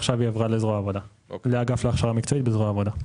ועכשיו היא עברה לאגף להכשרה מקצועית בזרוע העבודה.